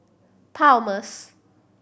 Palmer's